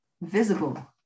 visible